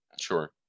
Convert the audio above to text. Sure